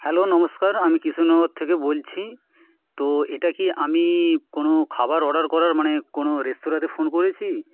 hello নমস্কার আমি কৃষ্ণনগর থেকে বলছি তো এটা কি আমিই কোনো খাবার অর্ডার করার মানে কোনো রেস্তোরাঁতে ফোন করেছি